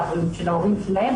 לבריאות של ההורים שלהן,